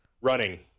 Running